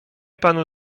panu